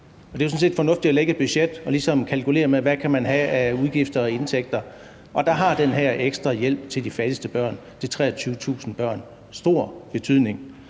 set fornuftigt at lægge et budget og ligesom kalkulere ud fra, hvad man har af udgifter og indtægter. Og der har den her ekstra hjælp til de fattigste børn, de 23.000 børn, stor betydning.